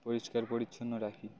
পরিষ্কার পরিচ্ছন্ন রাখি